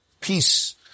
peace